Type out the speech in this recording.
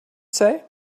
say